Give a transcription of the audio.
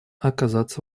оказаться